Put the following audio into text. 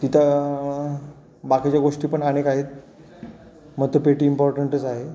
तिथं बाकीच्या गोष्टी पण अनेक आहेत मतपेटी इम्पॉर्टंटच आहे